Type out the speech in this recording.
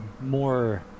more